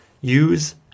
Use